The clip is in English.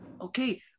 Okay